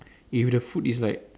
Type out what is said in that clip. if the food is like